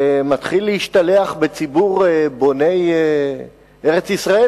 ומתחיל להשתלח בציבור בוני ארץ-ישראל